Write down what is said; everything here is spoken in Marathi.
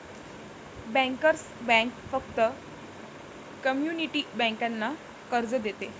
बँकर्स बँक फक्त कम्युनिटी बँकांना कर्ज देते